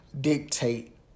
dictate